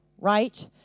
right